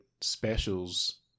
specials